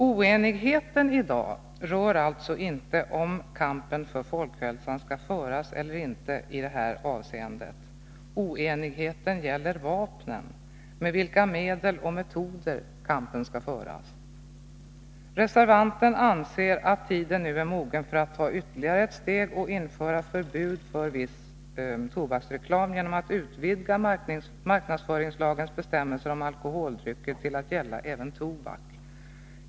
Oenigheten i dag rör alltså inte om kampen för folkhälsan skall föras eller ej i det här avseendet — oenigheten gäller vapnen, med vilka medel och metoder kampen skall föras. Reservanten anser att tiden nu är mogen att ta ytterligare ett steg och införa förbud för viss tobaksreklam genom att utvidga marknadsföringslagens bestämmelser om alkoholdrycker till att gälla även tobak.